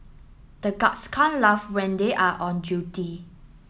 the guards can't laugh when they are on duty